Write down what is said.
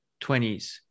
20s